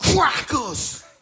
crackers